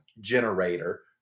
generator